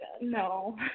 No